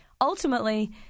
Ultimately